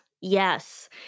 Yes